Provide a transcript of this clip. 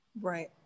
Right